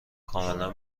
کاملا